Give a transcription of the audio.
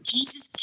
Jesus